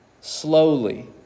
slowly